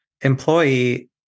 employee